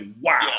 wow